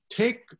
take